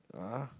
(uh huh)